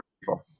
people